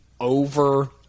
Over